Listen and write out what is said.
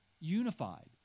unified